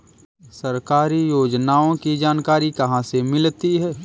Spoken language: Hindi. सरकारी योजनाओं की जानकारी कहाँ से मिलती है?